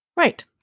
Right